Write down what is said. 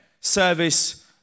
service